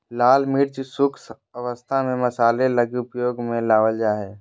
लाल मिर्च शुष्क अवस्था में मसाले लगी उपयोग में लाबल जा हइ